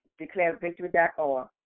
DeclareVictory.org